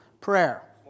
Prayer